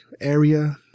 area